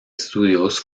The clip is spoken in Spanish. estudios